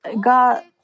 God